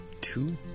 Two